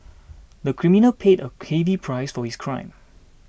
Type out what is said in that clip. the criminal paid a heavy price for his crime